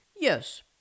Yes